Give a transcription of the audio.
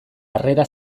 harrera